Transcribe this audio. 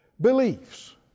beliefs